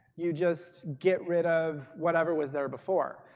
you just get rid of whatever was there before,